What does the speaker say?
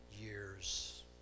years